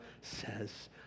says